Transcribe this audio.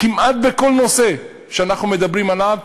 כמעט בכל נושא שאנחנו מדברים עליו,